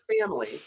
family